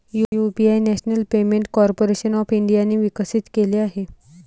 UPI national payment corporation of इंडियाने विकसित केले आहे